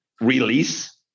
release